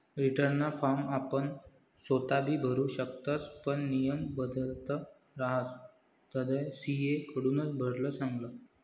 रीटर्नना फॉर्म आपण सोताबी भरु शकतस पण नियम बदलत रहातस तधय सी.ए कडथून भरेल चांगलं